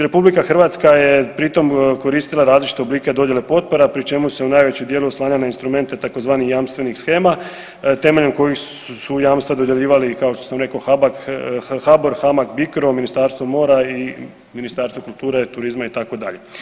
RH je pri tom koristila različite oblike dodjele potpora pri čemu se u najvećem dijelu oslanja na instrumente tzv. jamstvenih shema temeljem kojih su jamstva dodjeljivali kao što sam rekao HABAK, HABOR, HAMAG BICRO, Ministarstvo mora i Ministarstvo kulture, turizma itd.